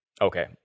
Okay